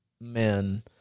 men